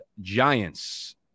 Giants